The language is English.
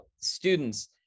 students